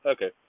Okay